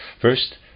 First